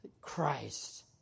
Christ